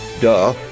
Duh